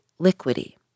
liquidy